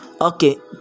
okay